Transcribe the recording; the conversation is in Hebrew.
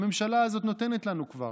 הממשלה הזאת כבר נותנת לנו.